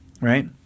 right